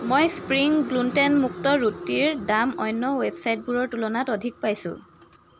মই স্প্ৰিং গ্লুটেনমুক্ত ৰুটিৰ দাম অন্য ৱেবছাইটবোৰৰ তুলনাত অধিক পাইছোঁ